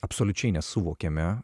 absoliučiai nesuvokėme